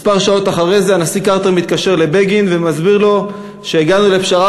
שעות מספר אחרי זה הנשיא קרטר מתקשר לבגין ומסביר לו שהגענו לפשרה,